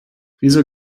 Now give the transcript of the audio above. wieso